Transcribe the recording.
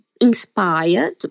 inspired